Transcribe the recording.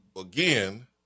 again